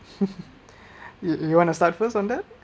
you you want to start first on that